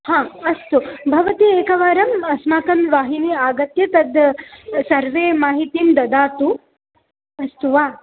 हा अस्तु भवती एकवारम् अस्माकं वाहिनीम् आगत्य तद् सर्वे माहितिं ददातु अस्तु वा